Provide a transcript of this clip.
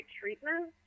treatment